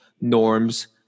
norms